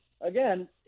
again